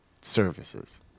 services